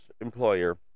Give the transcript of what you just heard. employer